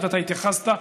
אתה התייחסת,